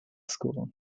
school